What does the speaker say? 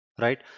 Right